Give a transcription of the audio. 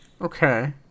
Okay